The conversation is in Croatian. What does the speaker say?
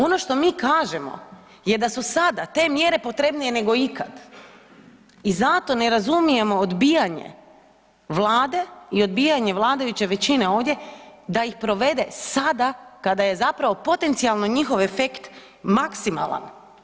Ono što mi kažemo je da su sada te mjere potrebnije nego ikad i zato ne razumijemo odbijanje Vlade i odbijanje vladajuće većine ovdje da ih provede sada kada je zapravo potencijalno njihov efekt maksimalan.